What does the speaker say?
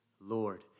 Lord